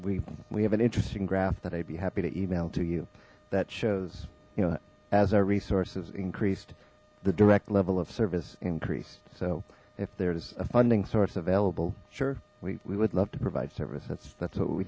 we we have an interesting graph that i'd be happy to email do you that shows you know as our resources increased the direct level of service increased so if there's a funding source available sure we would love to provide services that's what we